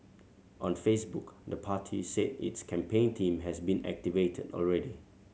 on Facebook the party said its campaign team has been activated already